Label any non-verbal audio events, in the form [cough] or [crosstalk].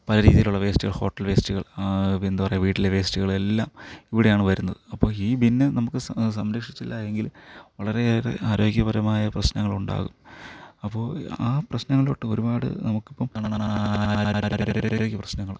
പല രീതിയിലുള്ള വേസ്റ്റുകൾ ഹോട്ടൽ വേസ്റ്റുകൾ എന്താണ് പറയുക വീട്ടിലെ വേസ്റ്റുകളെല്ലാം ഇവിടെയാണ് വരുന്നത് അപ്പോൾ ഈ ബിൻ നമുക്ക് സംരക്ഷിച്ചില്ല എങ്കിൽ വളരെ ഏറെ ആരോഗ്യപരമായ പ്രശ്നങ്ങൾ ഉണ്ടാകും അപ്പോൾ ആ പ്രശ്നങ്ങളൊട്ട് ഒരുപാട് നമുക്ക് ഇപ്പം [unintelligible] ആരോഗ്യ പ്രശ്നങ്ങൾ